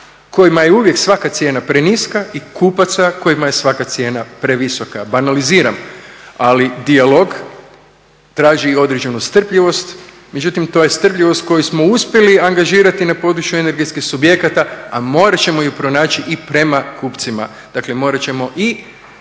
kojima je uvijek svaka cijena preniska i kupaca kojima je svaka cijene previsoka. Banaliziram. Ali dijalog traži određenu strpljivost, međutim to je strpljivost koju smo uspjeli angažirati na području energetskih subjekata, a morat ćemo ju pronaći i prema kupcima. Dakle morat ćemo i